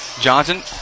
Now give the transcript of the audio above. Johnson